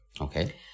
Okay